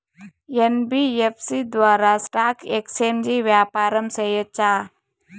NBFC ద్వారా stock exchange వ్యాపారం సేయొచ్చా?